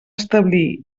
establir